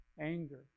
anger